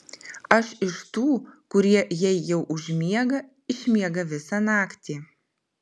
aš iš tų kurie jei jau užmiega išmiega visą naktį